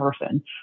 person